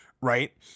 Right